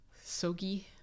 SOGI